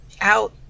out